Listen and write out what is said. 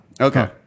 Okay